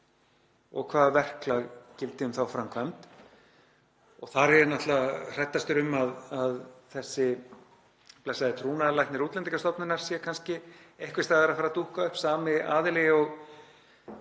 og hvaða verklag gildi um þá framkvæmd. Þar er ég náttúrlega hræddastur um að þessi blessaði trúnaðarlæknir Útlendingastofnunar sé kannski einhvers staðar að fara dúkka upp, sami aðili og